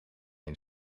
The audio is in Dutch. een